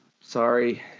Sorry